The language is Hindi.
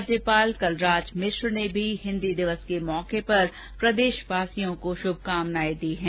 राज्यपाल कलराज मिश्र ने हिन्दी दिवस पर प्रदेशवासियों को शुभकामनाएं दी हैं